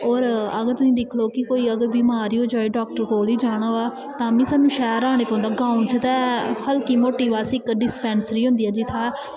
और अगर तुस दिक्खी लैओ कोई बमार होई जा ते डाक्टर कोल गै जाना होऐ तां बी साह्नू शैह्र च आना पौंदा गांव च ते निक्की मोटी इक डिस्पैंसरी होंदी ऐ जित्थें